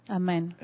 amen